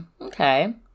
Okay